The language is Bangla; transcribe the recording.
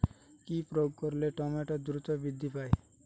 কি প্রয়োগ করলে টমেটো দ্রুত বৃদ্ধি পায়?